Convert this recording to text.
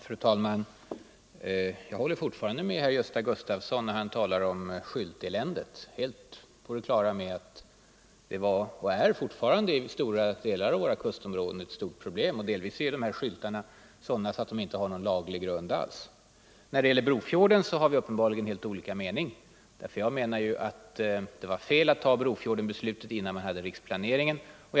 Nr 131 Fru talman! Jag håller med herr Gösta Gustafsson när han talar om Fredagen den skyltelänaet. Jag är helt på det klara med att det fortfarande är ett stort 29 november 1974 problem i stora delar av våra kustområden. Delvis är dessa skyltar av —— sådan art att de inte har någon laglig grund. Ang. lokaliseringen När det gäller Brofjorden har vi uppenbarligen helt skilda meningar. av industri till Jag anser ju att det var fel att fatta beslutet om Brofjorden innan riks = Västkusten planeringen var färdig.